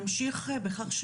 המשפחה,